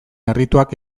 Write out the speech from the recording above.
errituak